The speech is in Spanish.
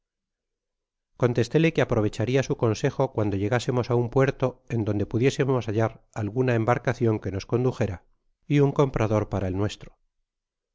contestéle que aprovecharia su consejo cuando llsga semos á un puerto en donde pudiésemos hallar alguna embarcacion que nos condujera y un comprador para t nuestro